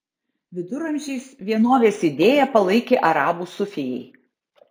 viduramžiais vienovės idėją palaikė arabų sufijai